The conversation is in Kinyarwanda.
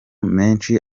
menshi